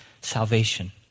salvation